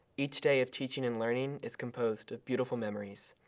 each day of teaching and learning is composed of beautiful memories.